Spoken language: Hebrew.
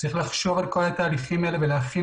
צריך לחשוב על כל התהליכים האלה ולהכין